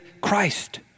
Christ